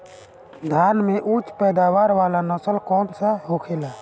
धान में उच्च पैदावार वाला नस्ल कौन सा होखेला?